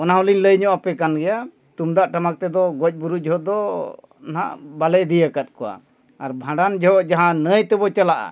ᱚᱱᱟ ᱦᱚᱸᱞᱤᱧ ᱞᱟᱹᱭ ᱧᱚᱜ ᱟᱯᱮ ᱠᱟᱱ ᱜᱮᱭᱟ ᱛᱩᱢᱫᱟᱜ ᱴᱟᱢᱟᱠ ᱛᱮᱫᱚ ᱜᱚᱡ ᱵᱩᱨᱩ ᱡᱚᱦᱚᱜ ᱫᱚ ᱱᱟᱦᱟᱜ ᱵᱟᱞᱮ ᱤᱫᱤᱭᱟᱠᱟᱫ ᱠᱚᱣᱟ ᱟᱨ ᱵᱷᱟᱸᱰᱟᱱ ᱡᱚᱦᱚᱜ ᱡᱟᱦᱟᱸ ᱱᱟᱹᱭ ᱛᱮᱵᱚ ᱪᱟᱞᱟᱜᱼᱟ